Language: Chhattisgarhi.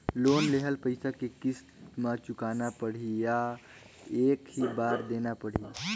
लोन लेहल पइसा के किस्त म चुकाना पढ़ही या एक ही बार देना पढ़ही?